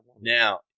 Now